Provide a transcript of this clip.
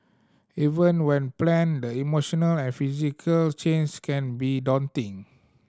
even when planned the emotional and physical changes can be daunting